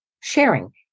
sharing